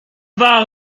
war